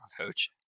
coach